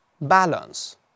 balance